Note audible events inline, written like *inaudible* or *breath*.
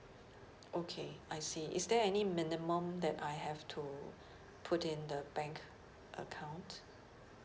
okay I see is there any minimum that I have to *breath* put in the bank account